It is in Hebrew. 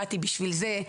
באתי בשביל זה,